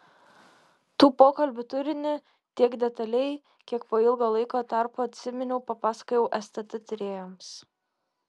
tų pokalbių turinį tiek detaliai kiek po ilgo laiko tarpo atsiminiau papasakojau stt tyrėjams